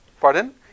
Pardon